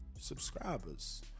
subscribers